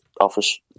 office